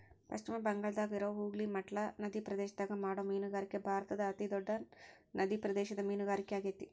ಪಶ್ಚಿಮ ಬಂಗಾಳದಾಗಿರೋ ಹೂಗ್ಲಿ ಮಟ್ಲಾ ನದಿಪ್ರದೇಶದಾಗ ಮಾಡೋ ಮೇನುಗಾರಿಕೆ ಭಾರತದ ಅತಿ ದೊಡ್ಡ ನಡಿಪ್ರದೇಶದ ಮೇನುಗಾರಿಕೆ ಆಗೇತಿ